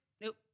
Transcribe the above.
nope